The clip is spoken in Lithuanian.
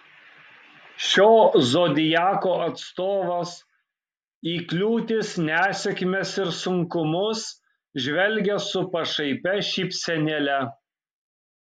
šio zodiako atstovas į kliūtis nesėkmes ir sunkumus žvelgia su pašaipia šypsenėle